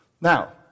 Now